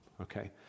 Okay